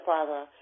Father